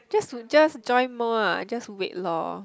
just to just join more ah just wait lor